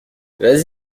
vas